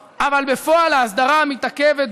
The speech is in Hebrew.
אבל אני לא רוצה לשלם מחירים מדיניים,